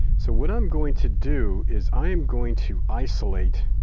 so what i'm going to do is i am going to isolate